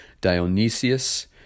Dionysius